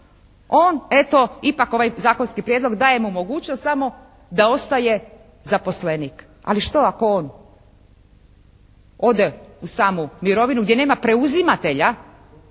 on eto ipak ovaj zakonski prijedlog daje mu mogućnost samo da ostaje zaposlenik. Ali što ako on ode u samu mirovinu gdje nema preuzimatelja,